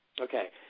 Okay